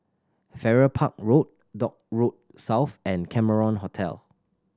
Farrer Park Road Dock Road South and Cameron Hotel